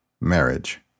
Marriage